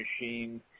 machine